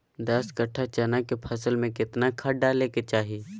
दस कट्ठा चना के फसल में कितना खाद डालें के चाहि?